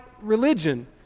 religion